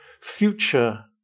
future